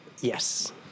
Yes